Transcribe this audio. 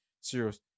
serious